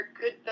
good